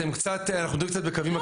אנחנו מדברים קצת בקווים מקבילים.